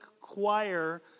choir